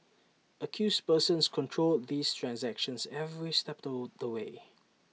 accused persons controlled these transactions every step of the way